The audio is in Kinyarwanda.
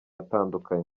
atandukanye